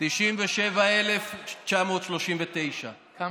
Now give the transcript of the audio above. בישראל 4,500. 97,939. כמה?